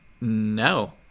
No